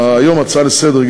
היום הצעה לסדר-היום,